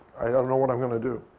i don't know what i'm going to do.